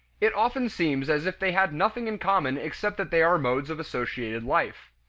it often seems as if they had nothing in common except that they are modes of associated life.